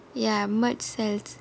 ya merge cells